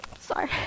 Sorry